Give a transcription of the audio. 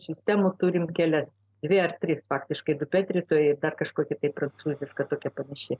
sistemų turim kelias dvi ar tris faktiškai dar kažkokį prancūzišką tokia panaši